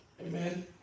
Amen